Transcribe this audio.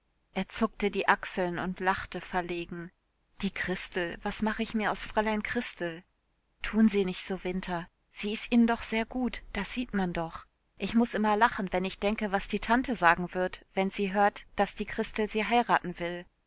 er zuckte die achseln und lachte verlegen die christel was mach ich mir aus fräulein christel tun sie nich so winter sie is ihn'n doch sehr gut das sieht man doch ich muß immer lachen wenn ich denke was die tante sagen wird wenn sie hört daß die christel sie heiraten will